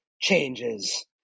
changes